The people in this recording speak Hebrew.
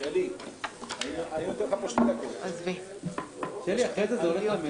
שבין סיום כהונתו של בני